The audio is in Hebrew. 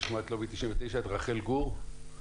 רחל גור בבקשה.